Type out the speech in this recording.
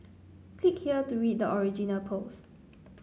click here to read the original post